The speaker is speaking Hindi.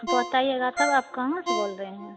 बताइएगा तब आप कहां से बोल रही हैं